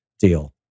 deal